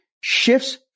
shifts